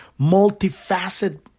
multifaceted